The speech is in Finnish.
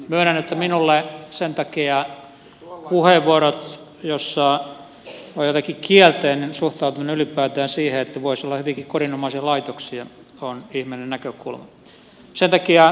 myönnän että minulle sen takia se kun joissakin puheenvuoroissa on jotenkin kielteinen suhtautuminen ylipäätään siihen että voisi olla hyvinkin kodinomaisia laitoksia on ihmeellinen näkökulma